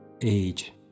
age